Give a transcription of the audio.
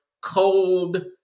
cold